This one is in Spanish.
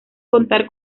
contar